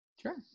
Sure